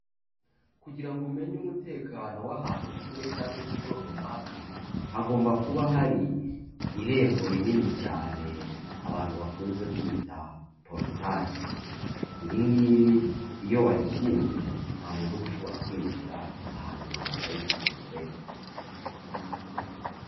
Kugira ngo umenye umutekano w'ahantu utuye cyangwa ikigo runaka, hagomba kuba hari irembo rinini cyane abantu bakunze kwita porotaye, iri ngiri iyo warikinze nta muntu uba ushobora kwinjira ahantu hawe atabifitiye uburenganzira.